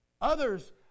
Others